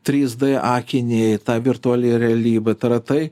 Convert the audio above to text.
trys d akiniai ta virtuali realybė tai yra tai